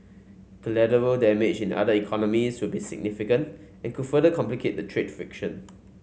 collateral damage in other economies will be significant and could further complicate the trade friction